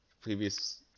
previous